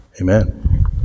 Amen